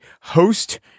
host